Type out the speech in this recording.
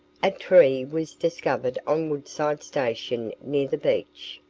a tree was discovered on woodside station near the beach,